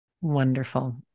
Wonderful